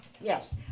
Yes